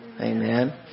Amen